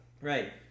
Right